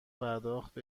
پرداخت